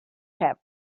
have